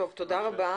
טוב, תודה רבה.